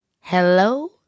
Hello